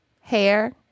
hair